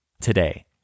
today